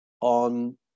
on